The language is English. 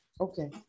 okay